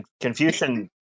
Confucian